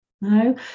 No